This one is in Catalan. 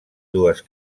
dues